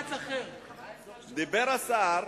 דיבר השר